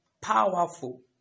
powerful